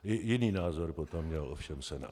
Jiný názor potom měl ovšem Senát.